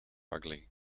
ugly